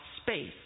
space